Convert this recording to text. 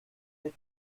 the